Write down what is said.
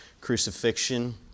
crucifixion